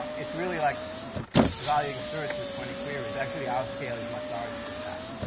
it's really like evaluating search with twenty queries. actually, are scale is much larger than that.